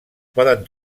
poden